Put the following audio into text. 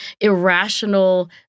irrational